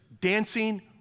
Dancing